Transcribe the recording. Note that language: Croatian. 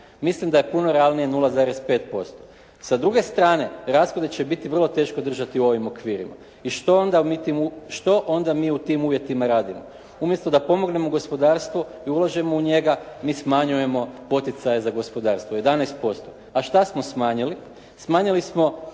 Mislim da je puno realnije 0,5%. Sa druge strane, rashode će biti vrlo teško držati u ovim okvirima. I što onda mi u tim uvjetima radimo. Umjesto da pomognemo gospodarstvu i ulažemo u njega, mi smanjujemo poticaje za gospodarstvo, 11%. A šta smo smanjili? Smanjili smo